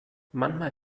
manchmal